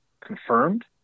confirmed